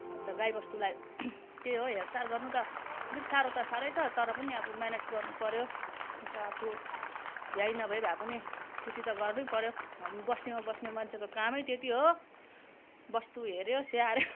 अन्त गाई बस्तुलाई त्यही हो हेरचाह गर्नु त अलिक साह्रो त साह्रै छ तर पनि अब मेनेज गर्नु पऱ्यो अन्त आफू भ्याइ नभ्याई भए पनि त्यति त गर्नै पऱ्यो हामी बस्तीमा बस्ने मन्छेको कामै त्यति हो बस्तु हेऱ्यो स्याहार्यो